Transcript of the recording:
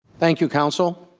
thank you counsel.